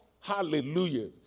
hallelujah